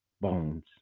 Bones